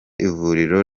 ivuriro